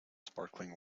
sparkling